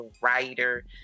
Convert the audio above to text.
writer